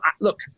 look